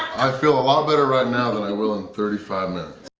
i'll feel a lot better right now than i will in thirty five minutes!